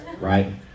right